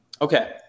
Okay